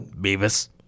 Beavis